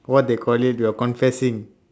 what they call it we are confessing